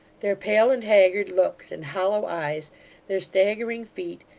their pale and haggard looks and hollow eyes their staggering feet,